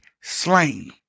slain